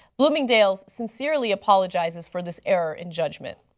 bloomingdale's sincerely apologizes for this error in judgment.